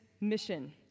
mission